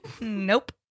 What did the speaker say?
Nope